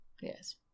Yes